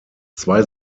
zwei